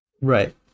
right